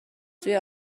سوی